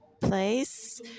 place